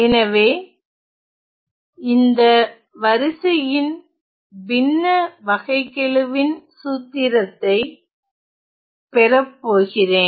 எனவே இந்த வரிசையின் பின்ன வகைக்கெழுவின் சூத்திரத்தை பெறப்போகிறேன்